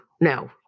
No